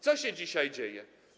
Co się dzisiaj dzieje?